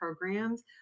programs